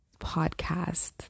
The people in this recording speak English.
podcast